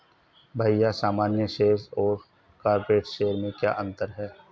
भैया सामान्य शेयर और कॉरपोरेट्स शेयर में क्या अंतर है?